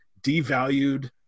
devalued